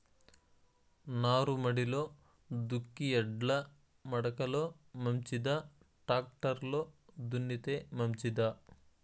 నారుమడిలో దుక్కి ఎడ్ల మడక లో మంచిదా, టాక్టర్ లో దున్నితే మంచిదా?